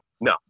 No